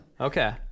Okay